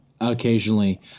occasionally